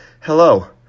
Hello